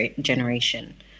generation